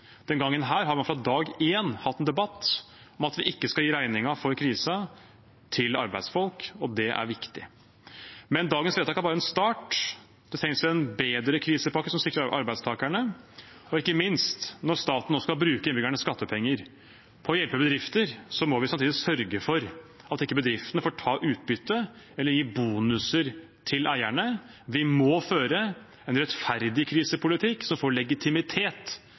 gangen har man fra dag én hatt en debatt om at vi ikke skal gi regningen for krisen til arbeidsfolk, og det er viktig. Men dagens vedtak er bare en start – det trengs en bedre krisepakke som sikrer arbeidstakerne. Og ikke minst: Når staten nå skal bruke innbyggernes skattepenger på å hjelpe bedrifter, må vi sannsynligvis sørge for at ikke bedriftene får ta ut utbytte eller gi bonuser til eierne. Vi må føre en rettferdig krisepolitikk som får legitimitet